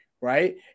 right